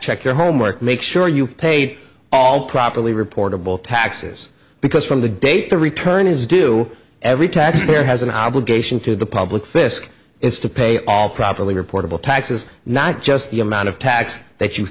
check your homework make sure you've paid all properly reportable taxes because from the date the return is due every taxpayer has an obligation to the public fisc is to pay all properly reportable taxes not just the amount of tax that you